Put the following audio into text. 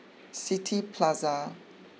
City Plaza